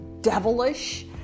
devilish